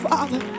Father